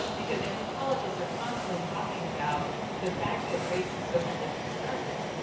because anthropologists are constantly talking about the fact that race is socially constructed,